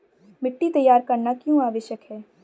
मिट्टी तैयार करना क्यों आवश्यक है?